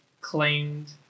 claimed